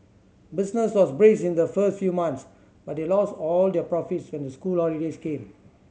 business was brisk in the first few months but they lost all their profits when the school holidays came